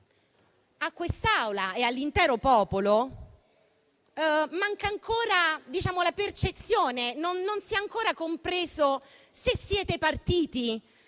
a quest'Assemblea e all'intero popolo manca ancora la percezione, non si è ancora compreso se siete partiti e